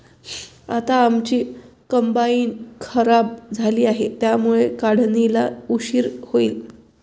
आता आमची कंबाइन खराब झाली आहे, त्यामुळे काढणीला उशीर होईल